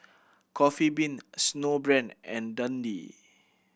Coffee Bean Snowbrand and Dundee